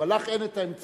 אבל לך אין את האמצעים,